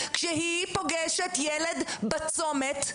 כשהיא פוגשת ילד בצומת,